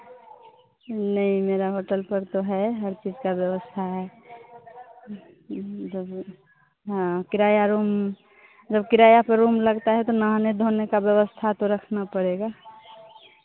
नहीं मेरा होटल पर तो है हर चीज़ का व्यवस्था है जब हाँ किराया रूम जब किराया पर रूम लगता है तो नहाने धोने का व्यवस्था तो रखना पड़ेगा